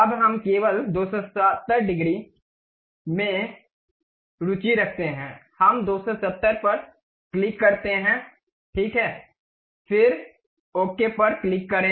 अब हम केवल 270 डिग्री में रुचि रखते हैं हम 270 पर क्लिक करते हैं ठीक है फिर ओके पर क्लिक करें